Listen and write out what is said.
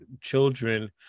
children